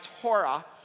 Torah